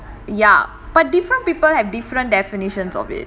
ya but different people have different definitions of it